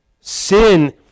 sin